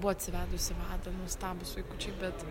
tai buvo atsivedusi vadą nuostabūs vaikučiai bet